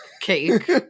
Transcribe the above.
Cake